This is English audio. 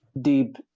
deep